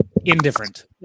Indifferent